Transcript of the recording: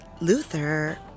Luther